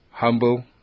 Humble